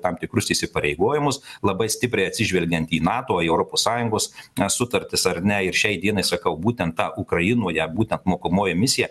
tam tikrus įsipareigojimus labai stipriai atsižvelgiant į nato į europos sąjungos sutartis ar ne ir šiai dienai sakau būtent ta ukrainoje būtent mokomoji misija